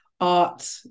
art